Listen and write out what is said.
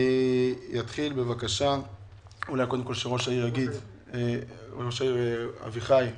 ראש העיר, אביחי שטרן,